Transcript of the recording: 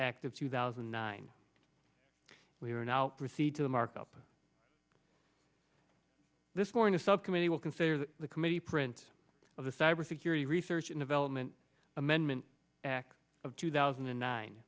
act of two thousand and nine we are now proceed to the markup this morning subcommittee will consider the committee print of the cybersecurity research and development amendment act of two thousand and nine